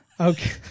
okay